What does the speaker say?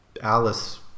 Alice